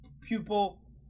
pupil